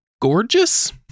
gorgeous